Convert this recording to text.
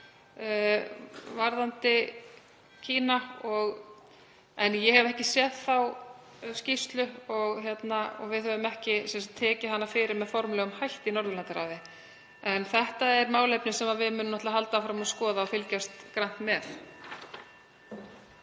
varðandi Kína. Ég hef ekki séð þá skýrslu og við höfum ekki tekið hana fyrir með formlegum hætti í Norðurlandaráði. En þetta er málefni sem við munum halda áfram að skoða og fylgjast grannt með.